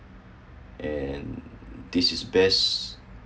and this is best